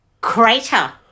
Crater